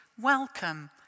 welcome